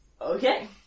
Okay